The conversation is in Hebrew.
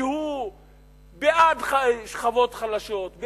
שהוא בעד שכבות חלשות,